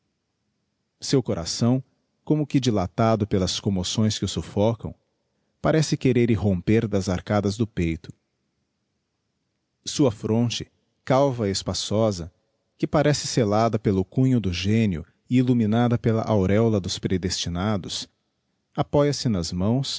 seu coração como que dilatado uelas commoções que o suflfocam parece querer irromper das arcadas do peito sua fronte calva e espaçosa que parece sellada pelo cunho do génio e illuminada pela aureola dos predestinados apoia se nas mãos